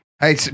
Hey